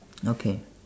okay